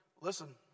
listen